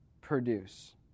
produce